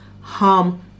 harm